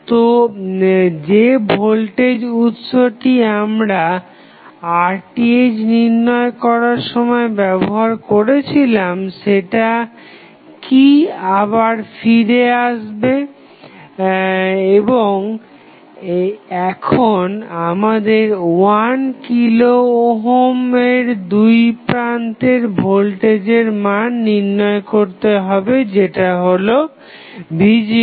তো যে ভোল্টেজ উৎসটিকে আমরা RTh নির্ণয় করার সময় ব্যবহার করেছিলাম সেটা কি আবার ফিরে আসবে এবং এখন আমাদের 1 কিলো ওহমের দুইপ্রান্তে ভোল্টেজের মান নির্ণয় করতে হবে যেটা হলো v0